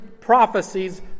prophecies